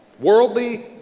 worldly